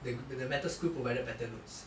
they could be the better school provided better notes